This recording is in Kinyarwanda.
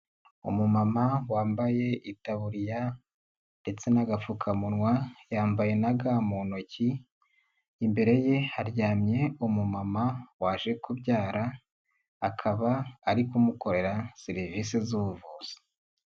Umumama wambaye itaburiya ndetse n'agapfukamunwa, yambaye na ga mu ntoki, imbere ye haryamye umumama waje kubyara akaba ari kumukorera serivisi z'ubuvuzi.